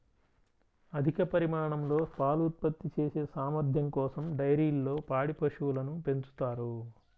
అధిక పరిమాణంలో పాలు ఉత్పత్తి చేసే సామర్థ్యం కోసం డైరీల్లో పాడి పశువులను పెంచుతారు